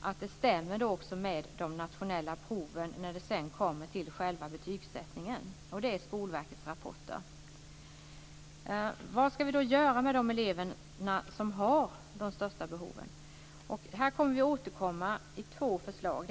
att det stämmer med de nationella proven när det sedan kommer till själva betygssättningen. Det är Skolverkets rapporter. Vad skall vi då göra med de elever som har de största behoven? Vi återkommer med två förslag.